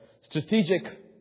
strategic